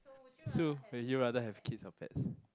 so would you rather have kids or pets